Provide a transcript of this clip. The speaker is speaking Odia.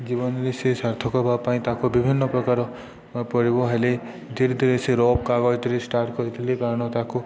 ଜୀବନରେ ସେ ସାର୍ଥକ ହବା ପାଇଁ ତାକୁ ବିଭିନ୍ନ ପ୍ରକାର ପାରିବ ହେଲେ ଧୀରେ ଧୀରେ ସେ ରଫ୍ କାଗଜରେ ଷ୍ଟାର୍ଟ କରିଥିଲେ କାରଣ ତାକୁ